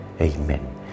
Amen